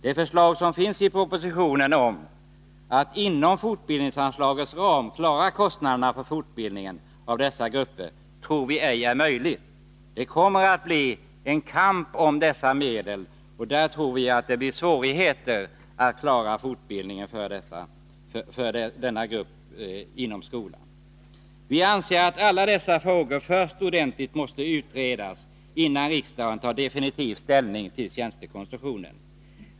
Det förslag som finns i propositionen om att inom fortbildningsanslagets ram klara kostnaderna för fortbildning av dessa grupper tror vi inte är möjligt att genomföra. Det kommer att bli en kamp om dessa medel, och där tror vi att det blir svårigheter att klara fortbildningen för denna grupp inom skolan. Vi anser att alla dessa frågor först ordentligt måste utredas innan riksdagen tar definitiv ställning till tjänstekonstruktionen.